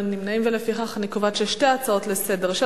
לפיכך אני קובעת ששתי ההצעות לסדר-היום,